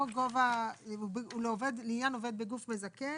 או "לעניין עובד בגוף מזכה